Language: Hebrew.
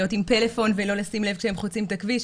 עם פלאפון ולא לשים לב כשהם חוצים את הכביש,